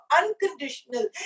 unconditional